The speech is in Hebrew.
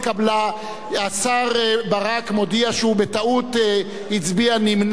השר ברק מודיע שהוא בטעות הצביע נמנע במקום להצביע,